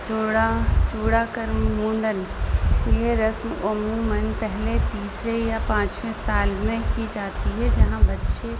چوڑا چوڑا کرم مڈن یہ رسم عموموماً پہلے تیسرے یا پانچویں سال میں کی جاتی ہے جہاں بچے